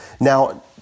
Now